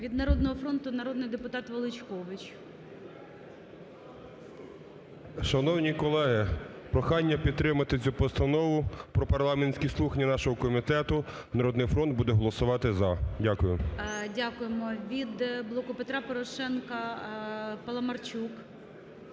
Від "Народного фронту" народний депутат Величкович. 11:40:44 ВЕЛИЧКОВИЧ М.Р. Шановні колеги, прохання підтримати цю постанову про парламентські слухання нашого комітету. "Народний фронт" буде голосувати "за". Дякую. ГОЛОВУЮЧИЙ. Дякуємо. Від "Блоку Петра Порошенка" Паламарчук.